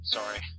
Sorry